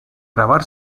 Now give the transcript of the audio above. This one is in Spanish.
grabar